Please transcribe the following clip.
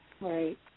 Right